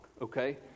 okay